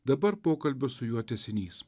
dabar pokalbio su juo tęsinys